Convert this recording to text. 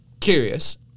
curious